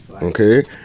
Okay